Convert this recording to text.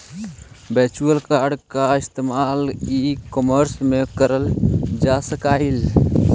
virtual card का इस्तेमाल e commerce में करल जा सकलई हे